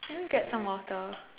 can you get some water